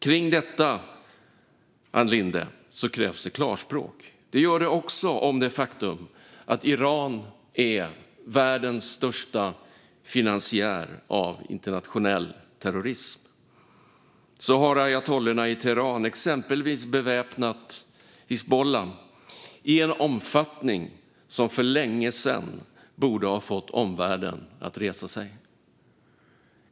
Kring detta, Ann Linde, krävs det klarspråk. Det gör det också om det faktum att Iran är världens största finansiär av internationell terrorism. Så har ayatollorna i Teheran exempelvis beväpnat Hizbullah i en omfattning som för länge sedan borde ha fått omvärlden att resa sig.